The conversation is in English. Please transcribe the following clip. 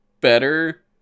better